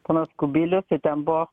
ponas kubilius tai ten buvo